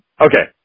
Okay